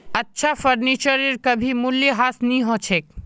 अच्छा फर्नीचरेर कभी मूल्यह्रास नी हो छेक